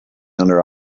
under